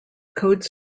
code